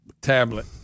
tablet